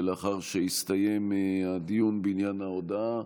ולאחר שהסתיים הדיון בעניין ההודעה.